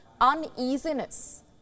uneasiness